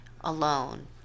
alone